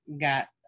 got